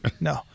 No